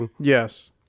yes